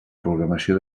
programació